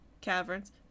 caverns